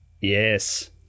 Yes